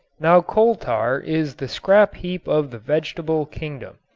now coal tar is the scrap-heap of the vegetable kingdom.